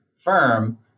firm